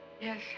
Yes